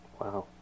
Wow